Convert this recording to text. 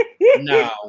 No